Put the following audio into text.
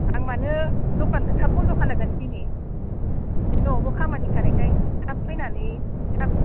आं मानि दखानखो थाब बन्द' खालामगोन दिनि न'आवबो खामानि थानायखाय थाब फैनानै थाब